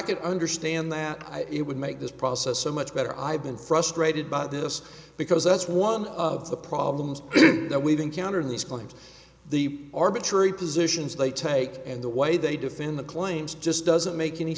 could understand that it would make this process so much better i've been frustrated by this because that's one of the problems that we've encountered in these claims the arbitrary positions they take and the way they defend the claims just doesn't make any